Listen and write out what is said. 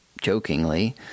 jokingly